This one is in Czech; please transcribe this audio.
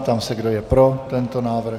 Ptám se, kdo je pro tento návrh.